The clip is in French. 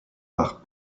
par